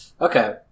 Okay